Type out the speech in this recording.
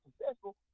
successful